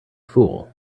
fool